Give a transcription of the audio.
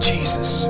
Jesus